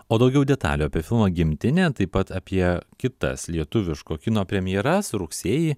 o daugiau detalių apie filmągimtinė taip pat apie kitas lietuviško kino premjeras rugsėjį